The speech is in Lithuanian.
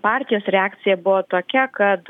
partijos reakcija buvo tokia kad